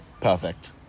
Perfect